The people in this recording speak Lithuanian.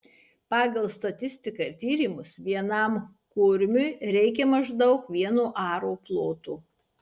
pagal statistiką ir tyrimus vienam kurmiui reikia maždaug vieno aro ploto